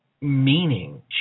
meaning